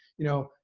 you know,